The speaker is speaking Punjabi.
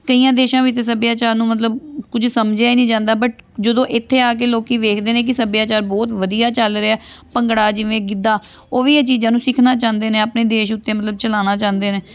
ਕਈਆਂ ਦੇਸ਼ਾਂ ਵਿੱਚ ਸੱਭਿਆਚਾਰ ਨੂੰ ਮਤਲਬ ਕੁਝ ਸਮਝਿਆ ਹੀ ਨਹੀਂ ਜਾਂਦਾ ਬਟ ਜਦੋਂ ਇੱਥੇ ਆ ਕੇ ਲੋਕ ਵੇਖਦੇ ਨੇ ਕਿ ਸੱਭਿਆਚਾਰ ਬਹੁਤ ਵਧੀਆ ਚੱਲ ਰਿਹਾ ਭੰਗੜਾ ਜਿਵੇਂ ਗਿੱਧਾ ਉਹ ਵੀ ਇਹ ਚੀਜ਼ਾਂ ਨੂੰ ਸਿੱਖਣਾ ਚਾਹੁੰਦੇ ਨੇ ਆਪਣੇ ਦੇਸ਼ ਉੱਤੇ ਮਤਲਬ ਚਲਾਉਣਾ ਚਾਹੁੰਦੇ ਨੇ